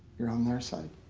you're on their side?